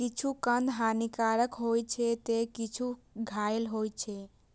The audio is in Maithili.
किछु कंद हानिकारक होइ छै, ते किछु खायल जाइ छै